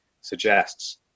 suggests